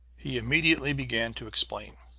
he immediately began to explain.